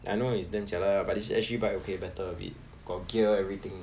I know it's damn jialat lah but if S_G bike okay better a bit got gear everything